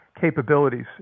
capabilities